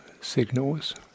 signals